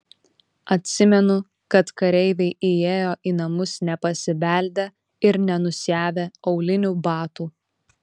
atsimenu kad kareiviai įėjo į namus nepasibeldę ir nenusiavę aulinių batų